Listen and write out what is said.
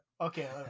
Okay